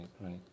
right